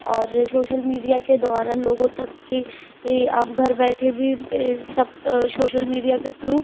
और social media के द्वारा लोगों तक की ई आप घर बैठे भी ए सब शोशल मीडिया के थ्रू